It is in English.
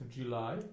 July